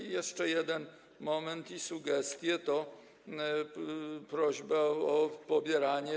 I jeszcze jeden moment i sugestie, to prośba o pobieranie.